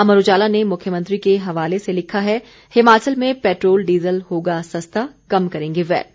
अमर उजाला ने मुख्यमंत्री के हवाले से लिखा है हिमाचल में पेट्रोल डीजल होगा सस्ता कम करेंगे वैट